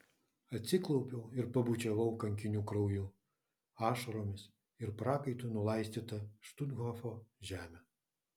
atsiklaupiau ir pabučiavau kankinių krauju ašaromis ir prakaitu nulaistytą štuthofo žemę